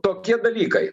tokie dalykai